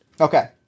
Okay